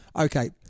Okay